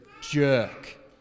jerk